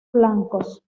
flancos